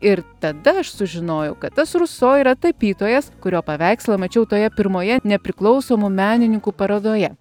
ir tada aš sužinojau kad tas ruso yra tapytojas kurio paveikslą mačiau toje pirmoje nepriklausomų menininkų parodoje